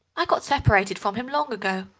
i got separated from him long ago.